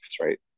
right